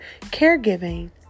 caregiving